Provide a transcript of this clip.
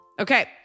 Okay